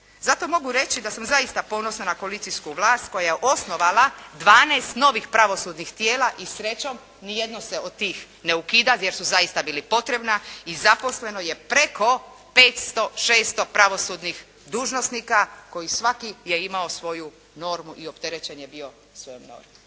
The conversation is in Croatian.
Zato mogu reći da sam zaista ponosna na koalicijsku vlast koja je osnovala 12 novih pravosudnih tijela. I srećom ni jedno se od tih ne ukida, jer su zaista bili potrebni. I zaposleno je preko 500, 600 pravosudnih dužnosnika koji svaki je imao svoju normu i opterećen je bio svojom normom.